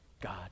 God